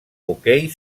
hoquei